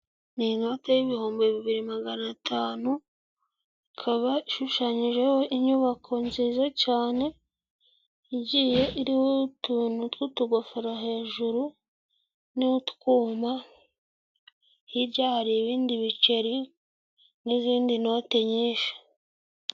Ni inote y'ibihumbi bibiri magana atanu ikaba ishushanyijeho inyubako nziza cyane igiye iriho utuntu tw'utugofero hejuru n'utwuma hirya hari ibindi biceri n'izindi note nyinshi.